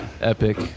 epic